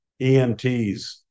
EMTs